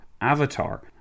avatar